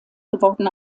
gewordene